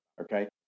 Okay